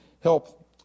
help